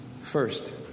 First